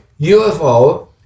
UFO